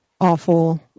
awful